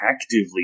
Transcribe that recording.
actively